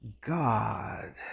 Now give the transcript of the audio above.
God